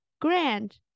Grand